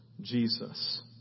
Jesus